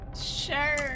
Sure